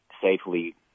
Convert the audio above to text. safely